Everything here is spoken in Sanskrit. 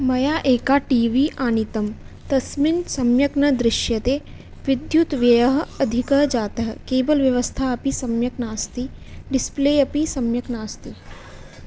मया एका टी वी आनीतं तस्मिन् सम्यक् न दृश्यते विद्युत् व्ययः अधिकः जातः केबल् व्यवस्था अपि सम्यक् नास्ति डिस्प्ले अपि सम्यक् नास्ति